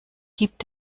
gibt